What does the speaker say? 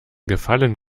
gefallen